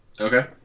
okay